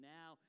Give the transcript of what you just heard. now